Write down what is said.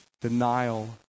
denial